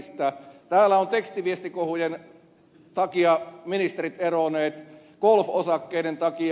täällä ovat tekstiviestikohujen takia ministerit eronneet golfosakkeiden takia